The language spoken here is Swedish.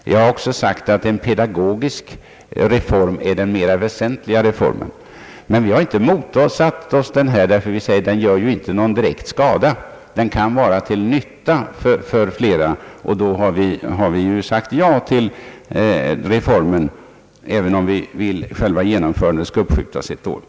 Vi har också sagt att en pedagogisk reform är den mer väsentliga reformen. Men vi har inte motsatt oss den nu aktuella reformen. Vi har sagt att den inte gör någon direkt skada utan kan vara till nytta för många, och vi har därför sagt ja till den, även om vi vill att genomförandet skall uppskjutas ett år.